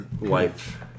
life